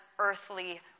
earthly